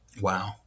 Wow